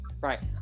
Right